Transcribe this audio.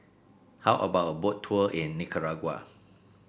how about a Boat Tour in Nicaragua